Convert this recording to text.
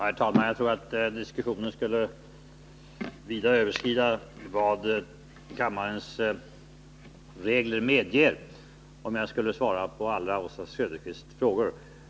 Herr talman! Jag tror att diskussionen vida skulle överskrida vad kammarens regler medger om jag svarade på alla Oswald Söderqvists frågor.